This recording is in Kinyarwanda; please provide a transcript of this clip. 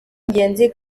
ingenzi